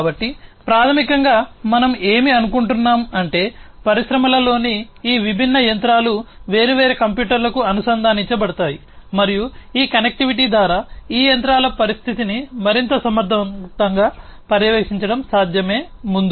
కాబట్టి ప్రాథమికంగా మనం ఏమి అనుకుంటున్నాము అంటే పరిశ్రమలలోని ఈ విభిన్న యంత్రాలు వేర్వేరు కంప్యూటర్లకు అనుసంధానించబడతాయి మరియు ఈ కనెక్టివిటీ ద్వారా ఈ యంత్రాల పరిస్థితిని మరింత సమర్థవంతంగా పర్యవేక్షించడం సాధ్యమే ముందు